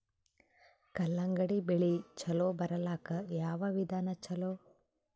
ಕಲ್ಲಂಗಡಿ ಬೆಳಿ ಚಲೋ ಬರಲಾಕ ಯಾವ ವಿಧಾನ ಚಲೋ?